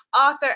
author